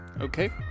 Okay